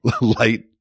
light